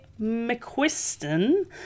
McQuiston